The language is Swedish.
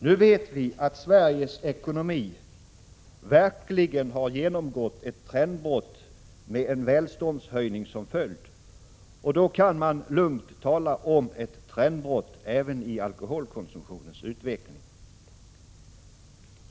Nu vet vi att Sveriges ekonomi verkligen har genomgått ett trendbrott med en välståndshöjning som följd, och då kan man lugnt tala om ett trendbrott även i alkoholkonsumtionens utveckling.